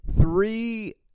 Three